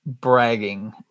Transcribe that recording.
bragging